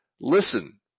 Listen